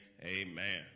amen